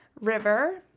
River